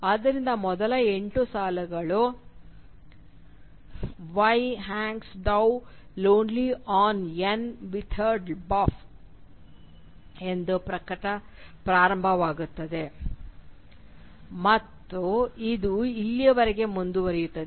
ಆದ್ದರಿಂದ ಮೊದಲ ಎಂಟು ಸಾಲುಗಳು ಅದು "why hang'st thou lonely on yon withered bough hang'st thou lonely on yon withered bough" ಎಂದು ಪ್ರಾರಂಭವಾಗುತ್ತದೆ ಮತ್ತು ಇದು ಇಲ್ಲಿಯವರೆಗೆ ಮುಂದುವರಿಯುತ್ತದೆ